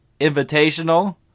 Invitational